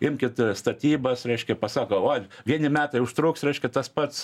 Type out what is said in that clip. imkit statybas reiškia pasako uo vieni metai užtruks reiškia tas pats